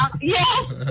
yes